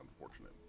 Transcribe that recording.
unfortunate